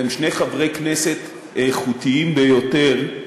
והם שני חברי כנסת איכותיים ביותר,